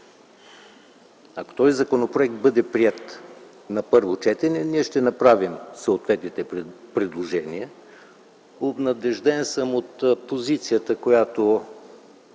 ако този законопроект бъде приет на първо четене, ние ще направим съответните предложения. Обнадежден съм от позицията, която